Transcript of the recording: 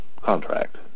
contract